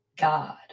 God